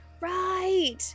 right